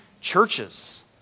churches